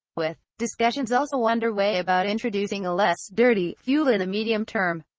with discussions also under way about introducing a less dirty fuel in the medium term.